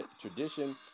tradition